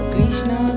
Krishna